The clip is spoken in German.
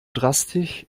drastisch